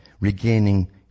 regaining